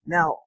Now